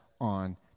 on